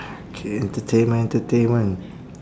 K entertainment entertainment